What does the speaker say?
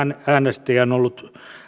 äänestäjiä on ollut